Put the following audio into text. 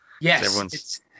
Yes